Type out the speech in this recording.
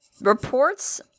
Reports